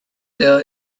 there